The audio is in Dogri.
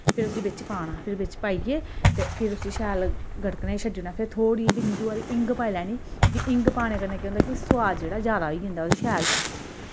फिर उस्सी बिच पाना फिर बिच पाइयै ते फिर उस्सी शैल गड़कने गी छड्डी दओड़ना फिर बिंदु हारी हींग पाई लैनी फ्ही हींग पाने कन्नै केह् होंदा कि सोआद जेह्ड़ा जैदा होई जंदा ओह्दे शैल